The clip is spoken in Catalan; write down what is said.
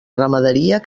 ramaderia